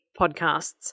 podcasts